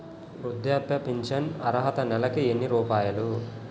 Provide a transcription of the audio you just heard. వృద్ధాప్య ఫింఛను అర్హత నెలకి ఎన్ని రూపాయలు?